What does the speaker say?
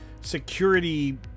Security